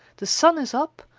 the sun is up,